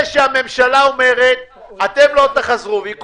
הוא רק